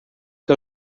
que